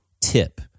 tip